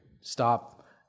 stop